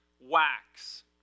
wax